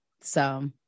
So-